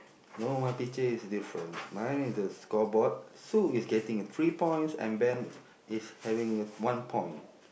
no my picture is difference mine is a scoreboard Sue is getting a three points and Ben is having a one point